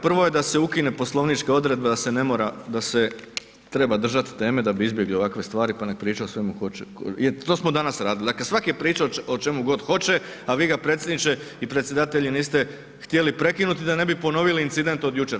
Prvo je da se ukine Poslovnička odredba da se ne mora, da se treba držat teme da bi izbjegli ovakve stvari, pa nek pričaju o svemu ko će, to smo danas radili, dakle svak je priča o čemu god hoće, a vi ga predsjedniče i predsjedavatelju niste htjeli prekinuti da ne bi ponovili incident od jučer.